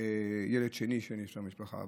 ילד שני של המשפחה.